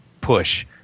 push